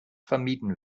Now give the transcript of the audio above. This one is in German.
vermieden